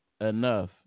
enough